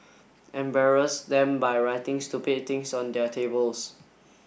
embarrass them by writing stupid things on their tables